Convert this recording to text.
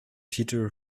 peter